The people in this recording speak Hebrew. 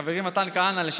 חברי מתן כהנא,